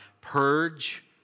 purge